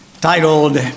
titled